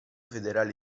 federale